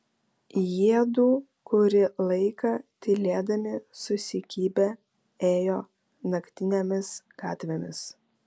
jiedu kurį laiką tylėdami susikibę ėjo naktinėmis gatvėmis